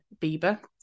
Bieber